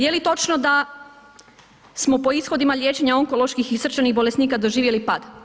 Jeli točno da smo po ishodima liječenja onkoloških i srčanih bolesnika doživjeli pad?